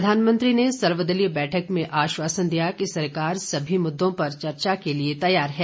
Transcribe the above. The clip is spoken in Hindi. प्रधानमंत्री ने सर्वदलीय बैठक में आश्वासन दिया कि सरकार सभी मुद्दों पर चर्चा के लिए तैयार है